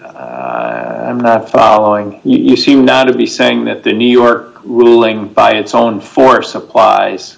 i'm not following you seem to be saying that the new york ruling by its own for supplies